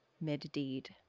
mid-deed